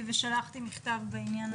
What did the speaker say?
פניתי ושלחתי מכתב בעניין לשר הבריאות.